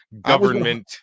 government